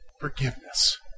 Forgiveness